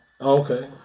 Okay